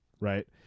Right